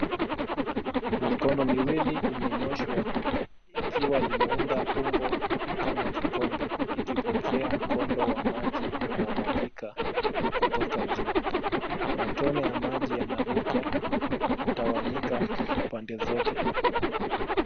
Mikono miwili imenyooshwa ikiwa imeunda umbo kama kikombe ikipokea mkondo wa maji unaomwagika kutoka juu. Matone ya maji yanaruka na kutawanyika pande zote.